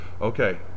Okay